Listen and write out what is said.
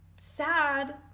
sad